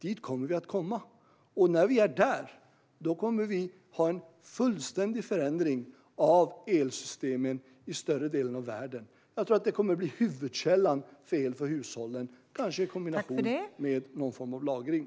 Vi kommer att komma dit, och när vi är där kommer vi att ha en fullständig förändring av elsystemen i större delen av världen. Jag tror att detta kommer att bli huvudkällan för el för hushållen, kanske i kombination med någon form av lagring.